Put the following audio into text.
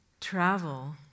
travel